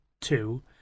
two